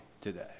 today